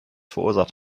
verursacht